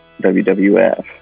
WWF